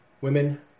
Women